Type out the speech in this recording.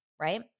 Right